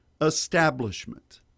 Establishment